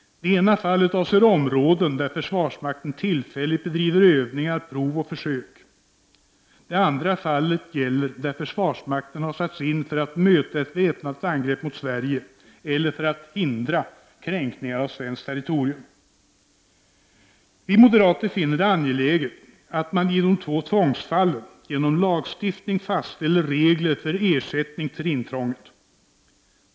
Det ena fallet avser områden där försvarsmakten tillfälligt bedriver övningar, prov och försök. Det andra fallet gäller områden där försvarsmakten har satts in för att möta ett väpnat angrepp mot Sverige eller för att hindra kränkningar av svenskt territorium. Vi moderater finner det angeläget att man i de två tvångsfallen genom lagstiftning fastställer regler för ersättning för intrånget.